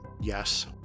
Yes